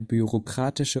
bürokratische